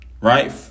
Right